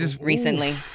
recently